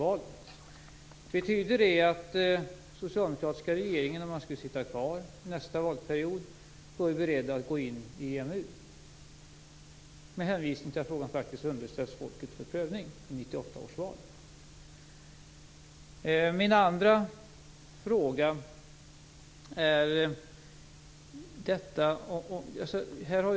om den sitter kvar under nästa valperiod - är beredd att gå in i EMU, med hänvisning till att frågan underställs svenska folket för prövning vid 1998 års val?